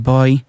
Boy